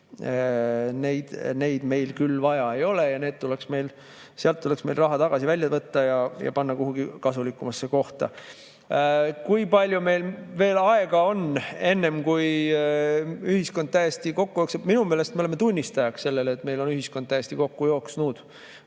meil küll vaja ei ole. Sealt tuleks meil raha välja võtta ja panna kuhugi kasumlikumasse kohta. Kui palju meil veel aega on, enne kui ühiskond täiesti kokku jookseb? Minu meelest me oleme tunnistajaks sellele, et meil ongi ühiskond täiesti kokku jooksnud